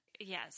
Yes